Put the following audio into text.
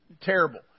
terrible